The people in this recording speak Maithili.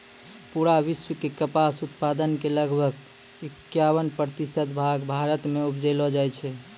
पूरा विश्व के कपास उत्पादन के लगभग इक्यावन प्रतिशत भाग भारत मॅ उपजैलो जाय छै